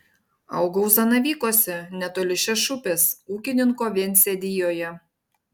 augau zanavykuose netoli šešupės ūkininko viensėdijoje